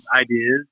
ideas